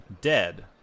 dead